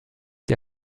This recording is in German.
die